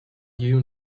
you